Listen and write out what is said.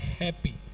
happy